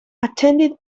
attended